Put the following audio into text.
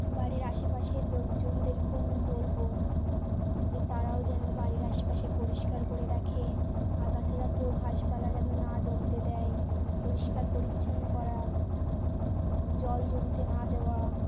বাড়ির আশেপাশের লোকজনদেরকেও আমি বলব যে তারাও যেন বাড়ির আশেপাশে পরিষ্কার করে রাখে আগাছা জাতীয় ঘাসপালা যেন না জমতে দেয় পরিষ্কার পরিচ্ছন্ন করা জল জমতে না দেওয়া